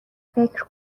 فکر